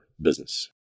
business